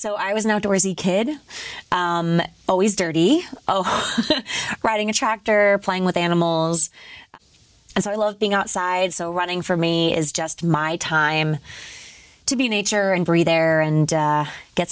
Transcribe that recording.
so i was an outdoorsy kid always dirty riding a tractor playing with animals as i love being outside so running for me is just my time to be nature and breathe air and